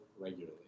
regularly